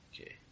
Okay